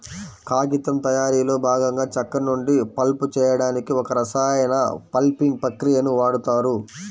కాగితం తయారీలో భాగంగా చెక్క నుండి పల్ప్ చేయడానికి ఒక రసాయన పల్పింగ్ ప్రక్రియని వాడుతారు